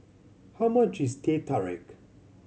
how much is Teh Tarik